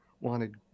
wanted